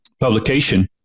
publication